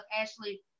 Ashley